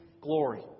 glory